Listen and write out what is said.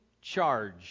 charge